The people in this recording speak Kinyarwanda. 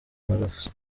maraso